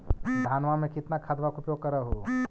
धानमा मे कितना खदबा के उपयोग कर हू?